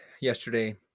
yesterday